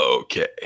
okay